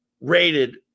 rated